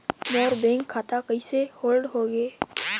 मोर bank खाता कइसे hold होगे?